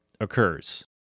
occurs